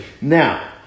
Now